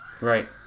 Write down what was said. Right